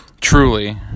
truly